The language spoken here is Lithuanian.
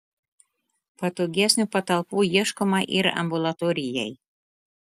patogesnių patalpų ieškoma ir ambulatorijai